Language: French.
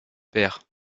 père